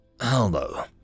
hello